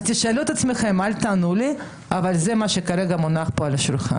תשאלו את עצמכם - אל תענו ל כי זה מה שכרגע מונח פה על השולחן.